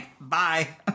bye